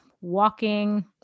walking